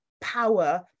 power